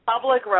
Public